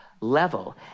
level